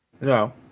no